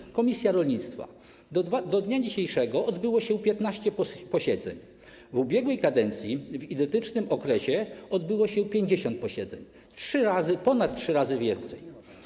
Jeśli chodzi o komisję rolnictwa, to do dnia dzisiejszego odbyło się 15 posiedzeń, a w ubiegłej kadencji w identycznym okresie odbyło się 50 posiedzeń, czyli ponad trzy razy więcej.